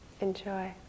Enjoy